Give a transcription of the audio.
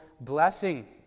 blessing